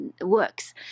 works